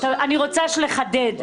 אני רוצה לחדד.